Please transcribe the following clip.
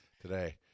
today